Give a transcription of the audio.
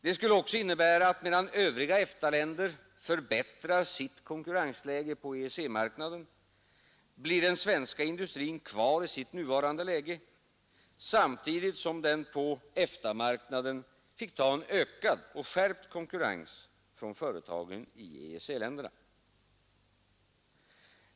Det skulle också innebära att medan övriga EFTA-länder förbättrade sitt konkurrensläge på EEC-marknaden blev den svenska industrin kvar i det nuvarande läget samtidigt som den på EFTA-marknaden fick ta en ökad säga nej till att bevara frihandeln i och skärpt konkurrens från företagen i EEC-länderna.